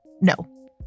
no